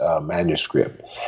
manuscript